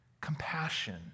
Compassion